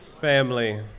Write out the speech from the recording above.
family